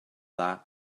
dda